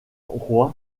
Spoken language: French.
roy